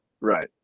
Right